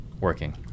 working